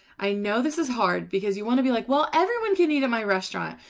i know this is hard because you want to be like, well everyone can eat at my restaurant!